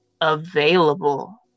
available